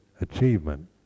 achievement